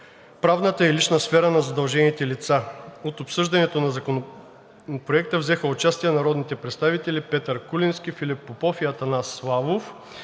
правната и личната сфера на задължените лица. В обсъждането на Законопроекта взеха участие народните представители Петър Куленски, Филип Попов и Атанас Славов.